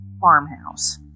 farmhouse